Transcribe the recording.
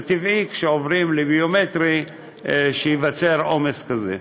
טבעי שכשעוברים לביומטרי ייווצר עומס כזה.